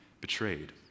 betrayed